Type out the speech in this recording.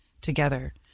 together